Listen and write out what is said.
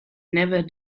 never